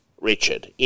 Richard